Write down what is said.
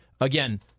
again